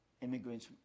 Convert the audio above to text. Immigrants